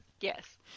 Yes